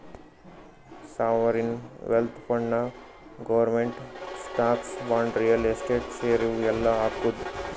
sovereign wealth ಫಂಡ್ನಾಗ್ government stocks, bonds, real estate, share ಇವು ಎಲ್ಲಾ ಹಾಕ್ತುದ್